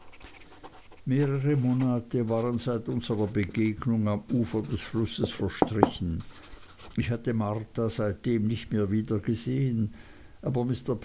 mehrere monate waren seit unserer begegnung am ufer des flusses verstrichen ich hatte marta seitdem nicht mehr wiedergesehen aber